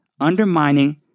undermining